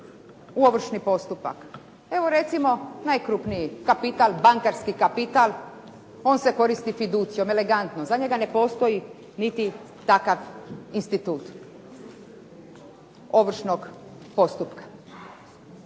ovršni postupak. Evo recimo, najkrupniji kapital, bankarski kapital, on se koristi fiducijom, elegantno. Za njega ne postoji niti takav institut ovršnog postupka.